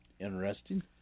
interesting